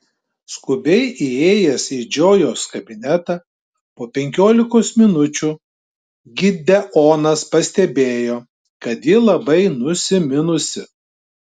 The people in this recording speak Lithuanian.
skubiai įėjęs į džojos kabinetą po penkiolikos minučių gideonas pastebėjo kad ji labai nusiminusi